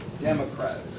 Democrats